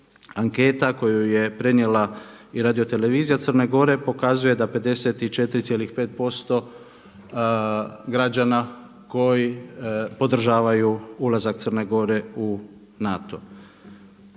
anketa koju je prenijela i radiotelevizija Crne Gore pokazuje da 54,5% građana koji podržavaju ulazak Crne Gore u NATO.